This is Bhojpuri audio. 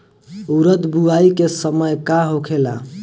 उरद बुआई के समय का होखेला?